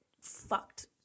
fucked